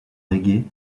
reggae